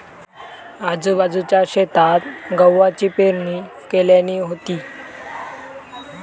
आजूबाजूच्या शेतात गव्हाची पेरणी केल्यानी होती